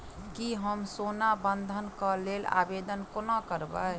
की हम सोना बंधन कऽ लेल आवेदन कोना करबै?